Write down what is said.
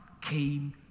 came